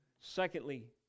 Secondly